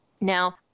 Now